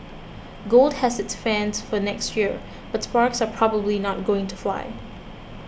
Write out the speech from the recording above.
gold has its fans for next year but sparks are probably not going to fly